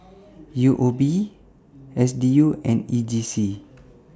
U O B S D U and E J C